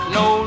no